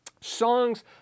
songs